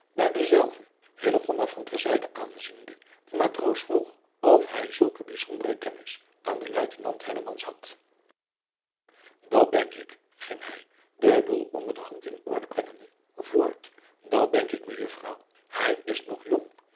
daar dezelve van ter zijde aanziende den matroos vroeg of hij zulke bijzondere kennis aan den uitenant had at denk ik ging hij den boêl onder de hand in orde brengende voort dat denk ik ejuffrouw ij is nog jong